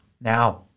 Now